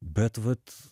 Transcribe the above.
bet vat